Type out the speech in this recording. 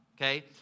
Okay